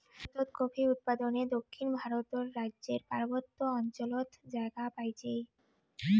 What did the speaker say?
ভারতত কফি উৎপাদনে দক্ষিণ ভারতর রাইজ্যর পার্বত্য অঞ্চলত জাগা পাইছে